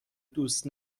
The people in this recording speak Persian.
دوست